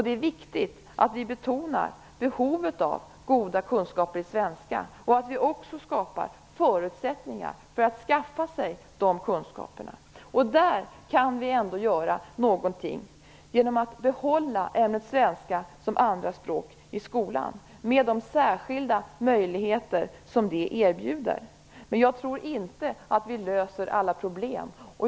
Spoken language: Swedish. Det är viktigt att vi betonar behovet av goda kunskaper i svenska och att vi skapar förutsättningar för att man skall kunna skaffa sig de här kunskaperna. Där kan vi ändå göra något genom att behålla ämnet svenska som andraspråk i skolan med de särskilda möjligheter som det erbjuder. Men jag tror inte att vi löser alla problem.